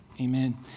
Amen